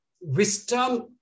Wisdom